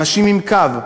אנשים עם קו,